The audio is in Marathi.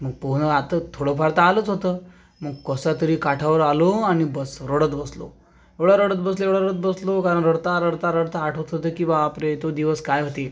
मग पोहणं आता थोडं फार तर आलंच होतं मग कसातरी काठावर आलो आणि बस रडत बसलो एवढं रडत बसलो एवढं रडत बसलो कारण रडता रडता रडता आठवत होतं की बापरे तो दिवस काय होती